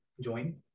join